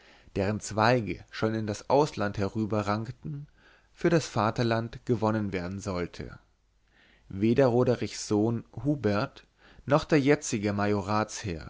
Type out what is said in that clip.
deren zweige schon in das ausland herüberrankten für das vaterland gewonnen werden sollte weder roderichs sohn hubert noch der jetzige majoratsherr